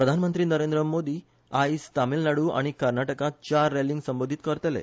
प्रधानमंत्री नरेंद्र आयज तामीळनाड़ आनी कर्नाटकांत चार रॅलींक संबोधीत करतले